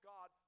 God